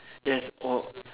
yes